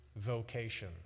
vocation